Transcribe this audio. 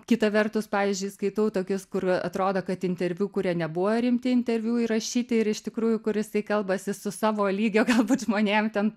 kita vertus pavyzdžiui skaitau tokius kur atrodo kad interviu kurie nebuvo rimti interviu įrašyti ir iš tikrųjų kur jisai kalbasi su savo lygio galbūt žmonėm ten